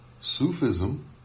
Sufism